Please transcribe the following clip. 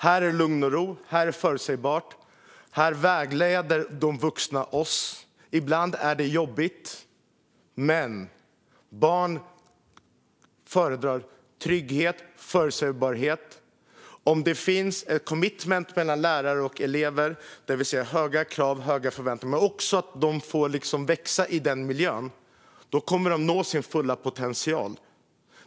Här är det lugn och ro och förutsägbart. Här vägleder de vuxna oss." Ibland är det jobbigt, men barn föredrar trygghet och förutsägbarhet. Det finns commitment mellan lärare och elever. Om det är höga krav och förväntningar och eleverna får växa i denna miljö kommer de att nå sin fulla potential.